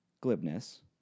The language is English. glibness